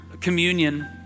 communion